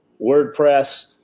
WordPress